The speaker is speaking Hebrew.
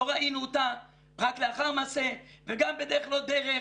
לא ראינו אותה, רק לאחר מעשה וגם בדרך-לא-דרך